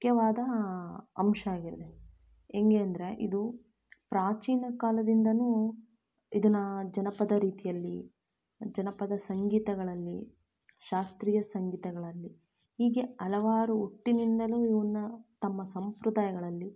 ಮುಖ್ಯವಾದ ಅಂಶ ಆಗಿದೆ ಹೆಂಗೆ ಅಂದರೆ ಇದು ಪ್ರಾಚೀನಕಾಲದಿಂದನೂ ಇದನ್ನ ಜನಪದ ರೀತಿಯಲ್ಲಿ ಜನಪದ ಸಂಗೀತಗಳಲ್ಲಿ ಶಾಸ್ತ್ರೀಯ ಸಂಗೀತಗಳಲ್ಲಿ ಹೀಗೆ ಹಲವಾರು ಹುಟ್ಟಿನಿಂದಲೂ ಇವನ್ನ ತಮ್ಮ ಸಂಪ್ರದಾಯಗಳಲ್ಲಿ